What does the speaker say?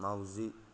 माउजि